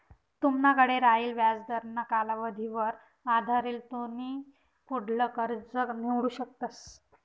तुमनाकडे रायेल व्याजदरना कालावधीवर आधारेल तुमी पुढलं कर्ज निवडू शकतस